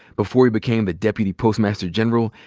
before he became the deputy postmaster general,